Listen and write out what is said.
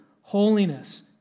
holiness